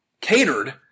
catered